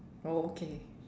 oh okay